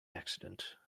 accident